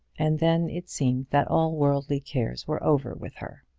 and then it seemed that all worldly cares were over with her.